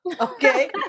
okay